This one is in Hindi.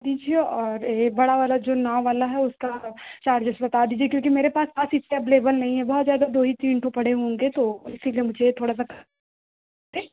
दीजिये और ये बड़ा वाला जो नाव वाला है उसका चार्जेस बता दीजिये क्योंकि मेरे पास पास इतना अवेलेबल नहीं हैं बहुत ज्यादा दो ही तीन ठो पड़े होंगे तो इसलिए मुझे थोड़ा सा कि